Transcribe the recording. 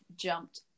jumped